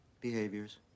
behaviors